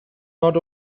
not